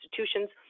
institutions